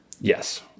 Yes